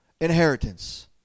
inheritance